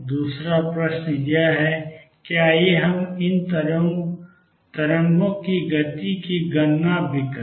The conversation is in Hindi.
दूसरा प्रश्न यह है कि आइए हम इन तरंगों की गति की गणना भी करें